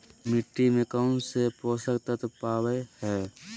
मिट्टी में कौन से पोषक तत्व पावय हैय?